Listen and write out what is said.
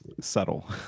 subtle